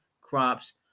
crops